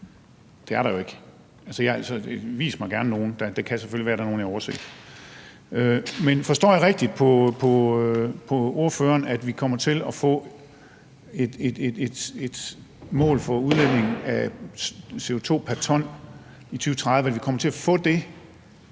Det er der jo ikke. Altså, vis mig gerne nogle. Det kan selvfølgelig være, at der er nogle, jeg har overset. Men forstår jeg det rigtigt på ordføreren, at vi kommer til at få et mål for udledningen af CO2 pr. ton i 2030 engang i 2023 eller hvad?